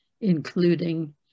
Including